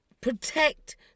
Protect